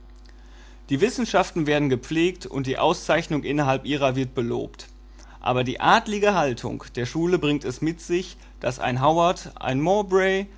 die wissenschaften werden gepflegt und die auszeichnung innerhalb ihrer wird belobt aber die adlige haltung der schule bringt es mit sich daß ein howard ein